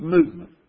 movement